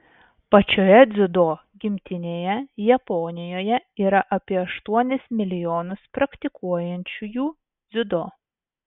pačioje dziudo gimtinėje japonijoje yra apie aštuonis milijonus praktikuojančiųjų dziudo